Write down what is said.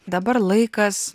dabar laikas